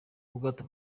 ubwato